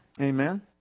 Amen